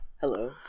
Hello